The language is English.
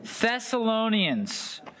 Thessalonians